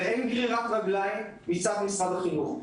ואין גרירת רגליים מצד משרד החינוך.